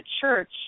church